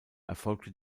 erfolgte